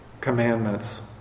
commandments